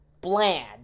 bland